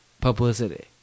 publicity